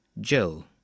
Joe